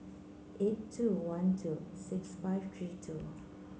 eight two one two six five three two